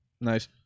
Nice